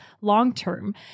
long-term